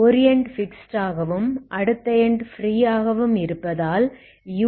ஒரு end fixed ஆகவும் அடுத்த எண்ட் ஃப்ரீ ஆகவும் இருப்பதால்ux0t0